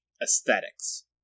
aesthetics